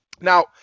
now